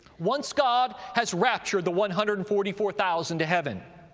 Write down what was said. once god has raptured the one hundred and forty four thousand to heaven,